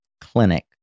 clinic